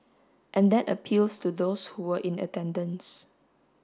and that appeals to those who were in attendance